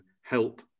help